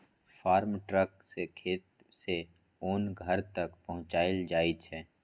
farm truck सँ खेत सँ ओन घर तक पहुँचाएल जाइ छै